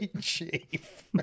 Chief